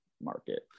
market